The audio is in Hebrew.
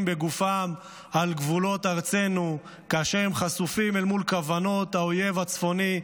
בגופם על גבולות ארצנו כאשר הם חשופים מול כוונות האויב הצפוני,